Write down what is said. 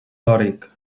dòric